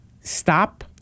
stop